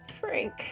Frank